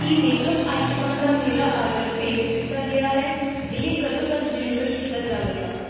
ਕੀ makeup ਆਈਟਮਾਂ ਦਾ ਮੇਰਾ ਆਡਰ ਭੇਜ ਦਿੱਤਾ ਗਿਆ ਹੈ ਇਹ ਕਦੋਂ ਤੱਕ ਡਿਲੀਵਰ ਕੀਤਾ ਜਾਵੇਗਾ